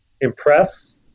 impress